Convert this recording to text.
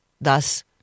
thus